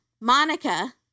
Monica